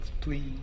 please